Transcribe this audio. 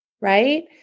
right